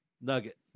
nugget